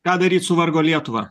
ką daryti su vargo lietuva